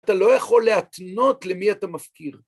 אתה לא יכול להתנות למי אתה מפקיר.